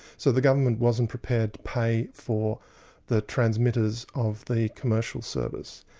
so the government wasn't prepared to pay for the transmitters of the commercial service.